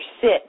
sit